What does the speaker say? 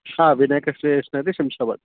Vinayaka stationery Shamshabad